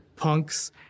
Punks